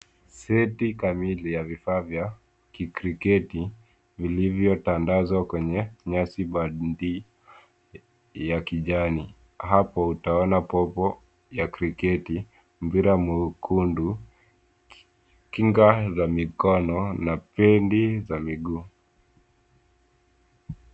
Seti kamili ya vifaa vya kikriketi vilivyotandazwa kwenye nyasi bandia ya kijani. Hapo utaona popo ya kriketi, mpira mwekundu, kinga za mikono na pedi za miguu.